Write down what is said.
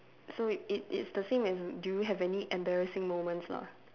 so it it's the same as do you have any embarrassing moments lah